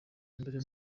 mbere